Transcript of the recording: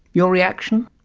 your reaction?